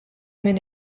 minn